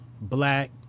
black